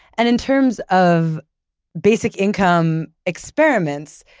and in terms of basic income experiments,